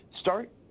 start